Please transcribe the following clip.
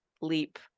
leap